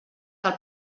del